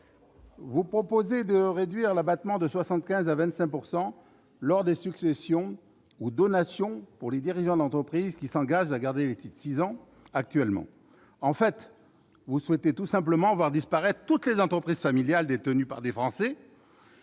Vous proposez de réduire l'abattement de 75 % à 25 % lors des successions ou donations pour les dirigeants d'entreprise qui s'engagent à garder les titres six ans actuellement. En fait, vous souhaitez voir disparaître toutes les entreprises familiales détenues par des Français,